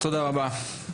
תודה רבה.